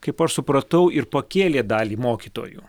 kaip aš supratau ir pakėlė dalį mokytojų